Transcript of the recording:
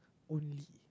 only